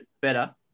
better